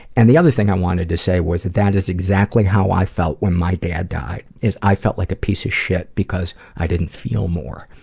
and the other thing i wanted to say was that that is exactly how i felt when my dad died. is, i felt like a piece of shit because i didn't feel more.